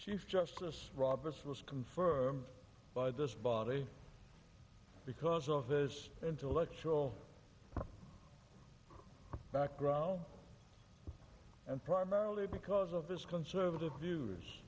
chief justice roberts was confirmed by this body because of his intellectual background and primarily because of his conservative views